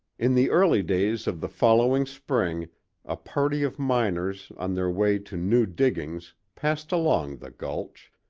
in the early days of the following spring a party of miners on their way to new diggings passed along the gulch,